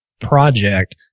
project